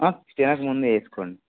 ఆ తినక ముందు వేసుకోండి